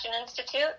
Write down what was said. institute